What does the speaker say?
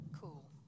cool